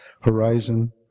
horizon